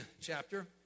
chapter